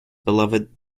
beloved